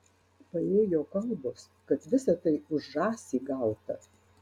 paėjo kalbos kad visa tai už žąsį gauta